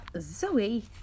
Zoe